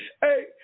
hey